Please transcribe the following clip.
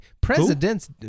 President's